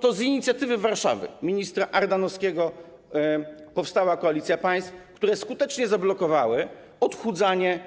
To z inicjatywy Warszawy, ministra Ardanowskiego, powstała koalicja państw, które skutecznie zablokowały odchudzanie